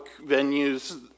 venues